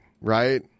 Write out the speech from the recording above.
right